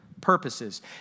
purposes